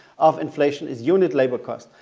of inflation is unit labor cost,